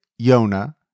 Yona